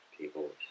people